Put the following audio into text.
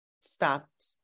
stopped